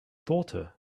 daughter